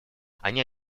они